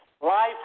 Life